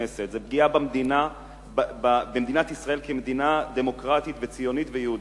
זו פגיעה במדינת ישראל כמדינה דמוקרטית וציונית ויהודית.